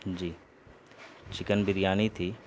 جی chicken biryani تھی